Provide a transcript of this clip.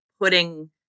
putting